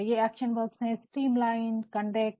ये action verbs है streamlined conduct